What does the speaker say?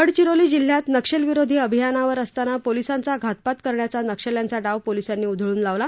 गडचिरोली जिल्ह्यात नक्षलविरोधी अभियानावर असताना पोलिसांचा घातपात करण्याचा नक्षल्यांचा डाव पोलिसांनी उधळून लावला